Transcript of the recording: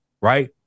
Right